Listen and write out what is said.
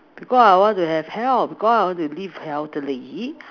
because I want to have health because I want to live healthily